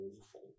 awful